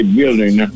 building